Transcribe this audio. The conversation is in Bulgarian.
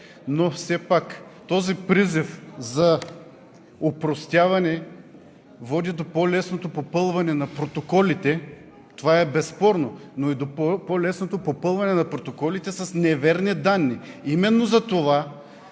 процес. Този призив за опростяване води до по-лесното попълване на протоколите – това е безспорно, но все пак и до по-лесното попълване на протоколите с неверни данни.